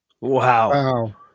Wow